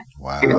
Wow